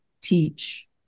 teach